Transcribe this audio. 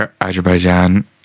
Azerbaijan